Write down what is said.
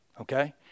okay